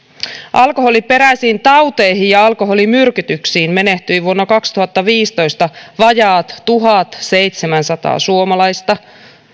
alkoholiperäisiin tauteihin ja alkoholimyrkytyksiin menehtyi vuonna kaksituhattaviisitoista vajaat tuhatseitsemänsataa suomalaista